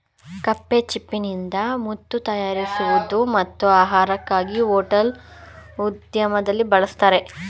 ಕಪ್ಪೆಚಿಪ್ಪಿನಿಂದ ಮುತ್ತು ತಯಾರಿಸುವುದು ಮತ್ತು ಆಹಾರಕ್ಕಾಗಿ ಹೋಟೆಲ್ ಉದ್ಯಮದಲ್ಲಿ ಬಳಸ್ತರೆ